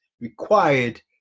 required